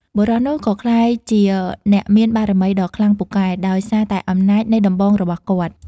បុរសនោះក៏ក្លាយជាអ្នកមានបារមីដ៏ខ្លាំងពូកែ ដោយសារតែអំណាចនៃដំបងរបស់គាត់ ។